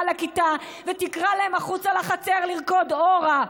לכיתה ותקרא להם החוצה לחצר לרקוד הורה.